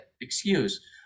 excuse